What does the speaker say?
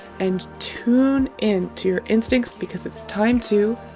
and tune in to your instincts because it's time to.